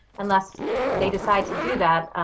unless they decide to do that.